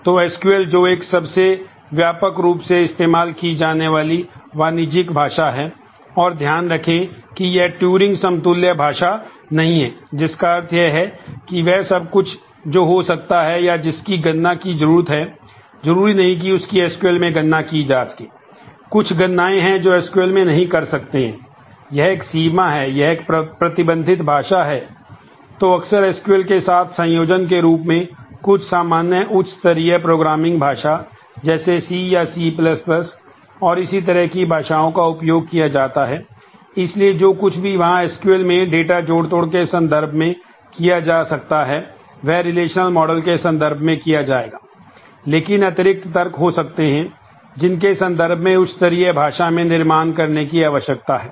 तो SQL database पर चला सकते हैं